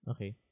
Okay